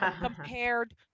compared